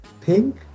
pink